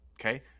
Okay